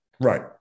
Right